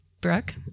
Brooke